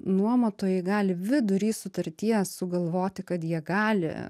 nuomotojai gali vidury sutarties sugalvoti kad jie gali